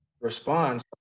respond